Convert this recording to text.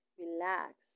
relax